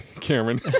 Cameron